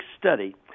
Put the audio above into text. study